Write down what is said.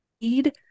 need